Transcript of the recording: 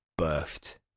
birthed